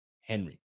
Henry